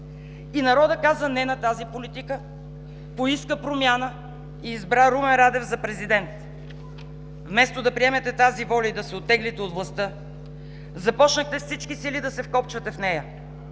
И народът каза „Не!“ на тази политика, поиска промяна и избра Румен Радев за президент. Вместо да приемете тази воля и да се оттеглите от властта, започнахте с всички сили да се вкопчвате в нея: